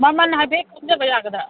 ꯃꯃꯟ ꯍꯥꯏꯐꯦꯠ ꯈꯪꯖꯕ ꯌꯥꯒꯗ꯭ꯔꯥ